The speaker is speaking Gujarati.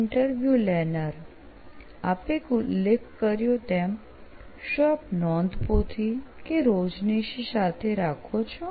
ઈન્ટરવ્યુ લેનાર આપે ઉલ્લેખ કર્યો તેમ શું આપ નોંધપોથી કે રોજનીશી સાથે રાખો છો